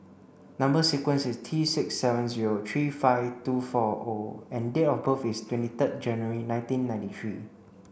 number sequence is T six seven zero three five two four O and date of birth is twenty third January nineteen ninety three